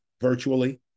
virtually